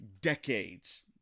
decades